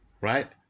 right